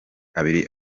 abiri